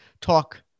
talk